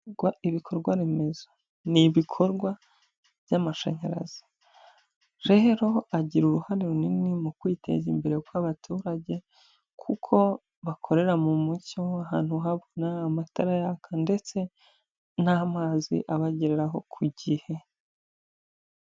Ibikorwa remezo ni ibikorwa by'amashanyarazi. Rero agira uruhare runini mu kwiteza imbere kw'abaturage kuko bakorera mu mucyo w'ahantu habona amatara yaka ndetse n'amazi abagereho ku gihe.